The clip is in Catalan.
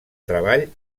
treball